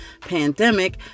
pandemic